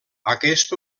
aquest